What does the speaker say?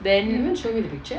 then